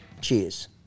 Cheers